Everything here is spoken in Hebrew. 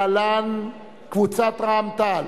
להלן: קבוצת רע"ם-תע"ל,